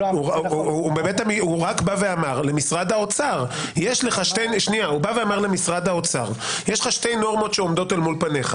הוא רק בא ואמר למשרד האוצר: יש לך שתי נורמות שעומדות אל מול פניך